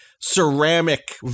ceramic